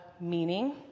meaning